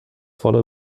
voller